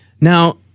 Now